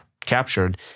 captured